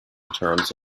terms